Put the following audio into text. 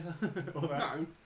No